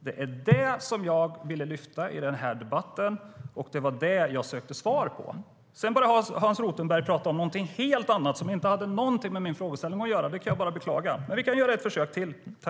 Det var det som jag ville lyfta fram i den här debatten, och det var det som jag sökte svar på. Sedan började Hans Rothenberg att prata om någonting helt annat som inte hade någonting med min frågeställning att göra, vilket jag bara beklagar. Men vi kan göra ett försök till.